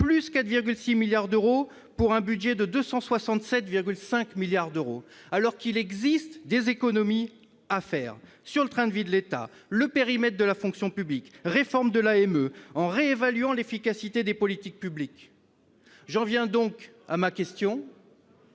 de 4,6 milliards d'euros, pour un budget de 267,5 milliards d'euros, alors qu'il existe des économies à faire en revoyant le train de vie de l'État, en réduisant le périmètre de la fonction publique, en réformant l'AME, ou encore en réévaluant l'efficacité des politiques publiques. J'en viens à ma question